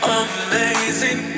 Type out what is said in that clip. amazing